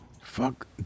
Fuck